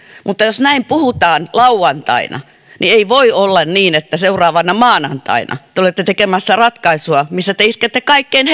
mutta jos näin puhutaan lauantaina ei voi olla niin että seuraavana maanantaina te olette tekemässä ratkaisua missä te iskette kaikkein